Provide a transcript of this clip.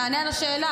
תענה על השאלה,